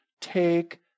take